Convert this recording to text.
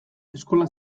eskola